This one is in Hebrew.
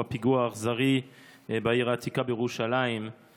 בפיגוע האכזרי בעיר העתיקה בירושלים,